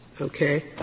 okay